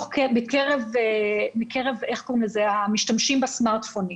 בקרב המשתמשים בסמארטפונים: